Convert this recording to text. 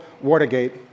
Watergate